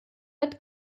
mit